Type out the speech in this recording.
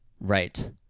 Right